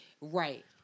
right